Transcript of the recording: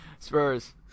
Spurs